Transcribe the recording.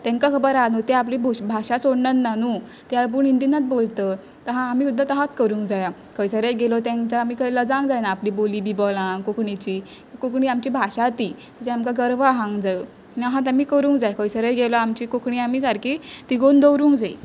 तेंकां खबर आहा न्हू ते आपली भोश भाशा सोडनत ना न्हू ते आपूण हिंदीन बोलतत असां आमी सुद्दां आसांच करूंक जाया खंयसरय गेलो तेंक आमी खंय लजांक जायना आपली बोली बी बोलांक कोंकणीची कोंकणी आमची भाशा ती तेजी आमकां गर्व आसांक जायो आनी आहात आमी करूंक जाय खंयसरय गेलो आमची कोंकणी आमी सारकी तिगोन दवरूंक जाय